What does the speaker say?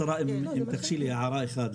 תרשי לי הערה אחת,